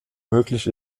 möglich